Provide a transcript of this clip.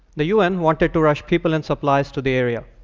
the u n. wanted to rush people and supplies to the area.